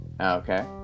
Okay